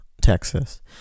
texas